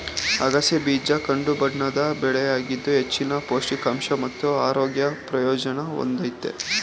ಅಗಸೆ ಬೀಜ ಕಂದುಬಣ್ಣದ ಬೆಳೆಯಾಗಿದ್ದು ಹೆಚ್ಚಿನ ಪೌಷ್ಟಿಕಾಂಶ ಮತ್ತು ಆರೋಗ್ಯ ಪ್ರಯೋಜನ ಹೊಂದಯ್ತೆ